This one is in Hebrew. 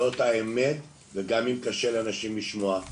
זאת האמת וגם אם קשה לאנשים לשמוע.